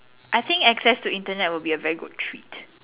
I think access to Internet would be a very good treat